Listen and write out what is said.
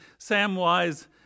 Samwise